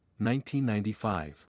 1995